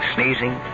Sneezing